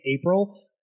April